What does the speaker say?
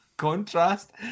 contrast